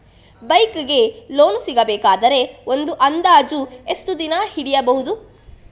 Bike ಗೆ loan ಸಿಗಬೇಕಾದರೆ ಒಂದು ಅಂದಾಜು ಎಷ್ಟು ದಿನ ಹಿಡಿಯಬಹುದು?